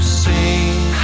sing